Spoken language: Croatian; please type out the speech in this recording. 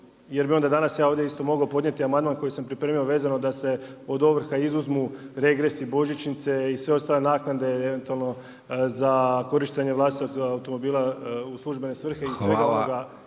jer bi danas ja ovdje isto mogao podnijeti amandman koji sam pripremio vezano da se od ovrha izuzmu regresi, božićnice i sve ostale naknade eventualno za korištenje vlastitog automobila u službene svrhe i svega onoga